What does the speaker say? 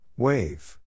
Wave